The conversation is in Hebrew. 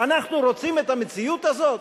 אנחנו רוצים את המציאות הזאת?